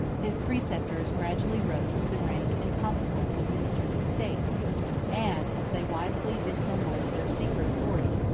his preceptors gradually rose to the rank and consequence of ministers of state and, as they wisely dissembled their secret authority,